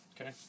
okay